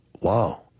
wow